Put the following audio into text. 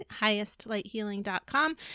highestlighthealing.com